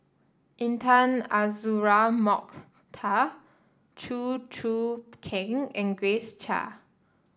Intan Azura Mokhtar Chew Choo Keng and Grace Chia